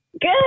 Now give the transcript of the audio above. Good